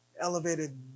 Elevated